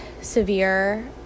severe